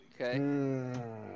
okay